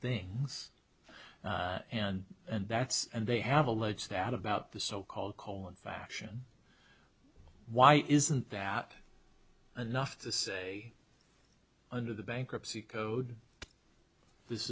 things and and that's and they have alleged that about the so called colon faction why isn't that enough to say under the bankruptcy code this